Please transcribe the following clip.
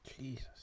Jesus